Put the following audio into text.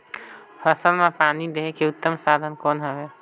फसल मां पानी देहे के उत्तम साधन कौन हवे?